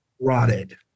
Rotted